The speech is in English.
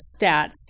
stats